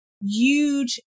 huge